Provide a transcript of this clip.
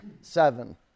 seven